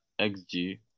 XG